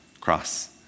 Cross